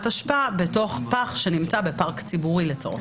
אשפה בתוך פח שנמצא בפארק ציבורי למשל.